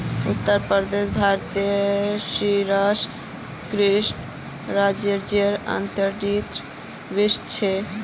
उत्तर प्रदेश भारतत शीर्ष कृषि राज्जेर अंतर्गतत वश छेक